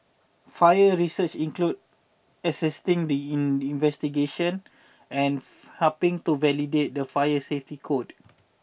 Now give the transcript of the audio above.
fire research includes assisting in investigation and helping to validate the fire safety code